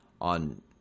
on